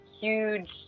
huge